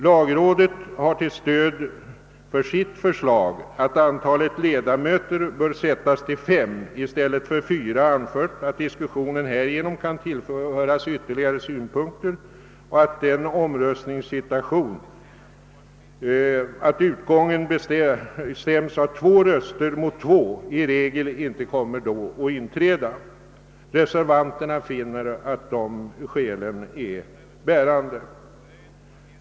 Lagrådet har som stöd för sitt förslag, att antalet ledamöter skall sättas till fem i stället för fyra, anfört att diskussionen härigenom kan tillföras ytterligare synpunkter och att den omröstningssituationen, att utgången bestämmes av två röster mot två, i regel inte kommer att inträda. Reservanterna finner att de skälen är bärande.